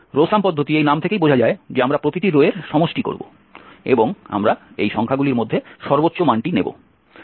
rho sum পদ্ধতি এই নাম থেকেই বোঝা যায় যে আমরা প্রতিটি রো এর সমষ্টি করব এবং আমরা এই সংখ্যাগুলির মধ্যে সর্বোচ্চ মানটি নেব